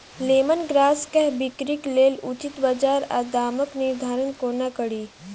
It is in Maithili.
लेमन ग्रास केँ बिक्रीक लेल उचित बजार आ दामक निर्धारण कोना कड़ी?